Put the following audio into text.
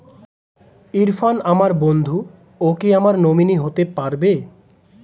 ইরফান আমার বন্ধু ও কি আমার নমিনি হতে পারবে?